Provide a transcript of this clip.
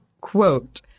quote